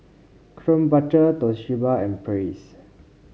Krombacher Toshiba and Praise